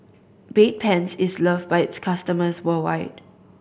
Bedpans is loved by its customers worldwide